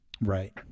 Right